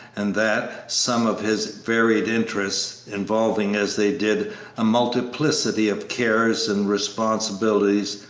and that some of his varied interests, involving as they did a multiplicity of cares and responsibilities,